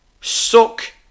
Suck